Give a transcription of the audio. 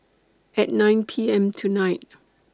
At nine P M tonight